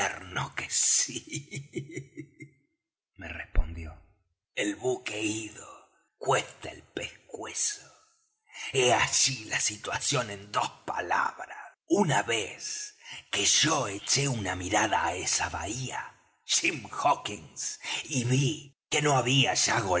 infierno que sí me respondió el buque ido cuesta el pescuezo he allí la situación en dos palabras una vez que yo eché una mirada á esa bahía jim hawkins y ví que no había